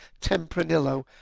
tempranillo